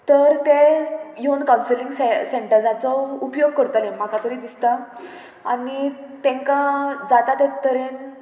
तर ते येवन कावन्सिलींग से सेंटराचो उपयोग करतले म्हाका तरी दिसता आनी तांकां जाता ते तरेन